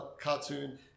cartoon